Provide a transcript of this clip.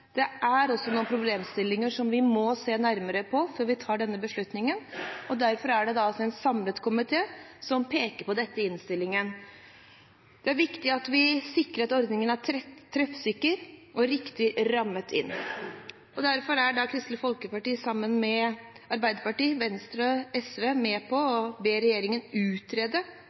det er også noen problemstillinger vi må se nærmere på før vi tar denne beslutningen. Derfor er det da også en samlet komité som peker på dette i innstillingen. Det er viktig at vi sikrer at ordningen er treffsikker og riktig rammet inn. Derfor er da Kristelig Folkeparti sammen med Arbeiderpartiet, Venstre og SV med på å be regjeringen utrede